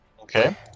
Okay